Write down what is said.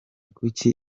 kuki